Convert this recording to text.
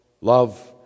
Love